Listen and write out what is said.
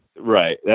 Right